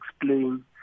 explain